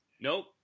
nope